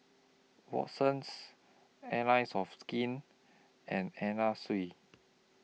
Watsons Allies of Skin and Anna Sui